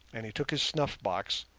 and he took his snuff-box,